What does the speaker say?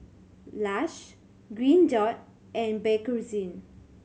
Lush Green Dot and Bakerzin